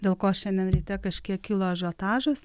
dėl ko šiandien ryte kažkiek kilo ažiotažas